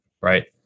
Right